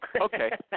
Okay